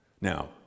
Now